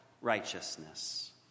righteousness